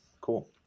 Cool